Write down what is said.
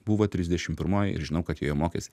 buvo trisdešimt pirmoji ir žinau kad joje mokėsi